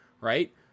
Right